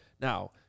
Now